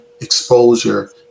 exposure